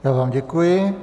Já vám děkuji.